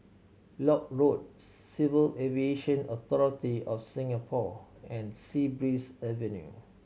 Lock Road Civil Aviation Authority of Singapore and Sea Breeze Avenue